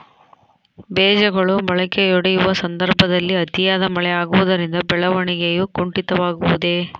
ಬೇಜಗಳು ಮೊಳಕೆಯೊಡೆಯುವ ಸಂದರ್ಭದಲ್ಲಿ ಅತಿಯಾದ ಮಳೆ ಆಗುವುದರಿಂದ ಬೆಳವಣಿಗೆಯು ಕುಂಠಿತವಾಗುವುದೆ?